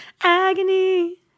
Agony